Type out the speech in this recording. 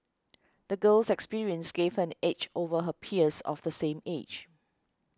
the girl's experiences gave her an edge over her peers of the same age